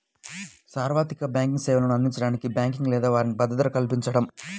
సార్వత్రిక బ్యాంకింగ్ సేవలను అందించడానికి బ్యాంకింగ్ లేని వారికి భద్రత కల్పించడం